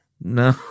No